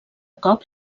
cop